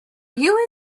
you